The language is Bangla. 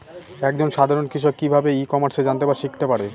এক জন সাধারন কৃষক কি ভাবে ই কমার্সে জানতে বা শিক্ষতে পারে?